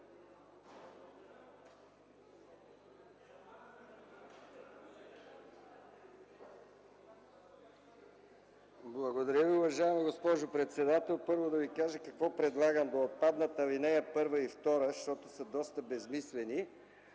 Благодаря Ви, уважаема госпожо председател. Първо да Ви кажа какво предлагам – да отпаднат алинеи 1 и 2, защото са доста безсмислени.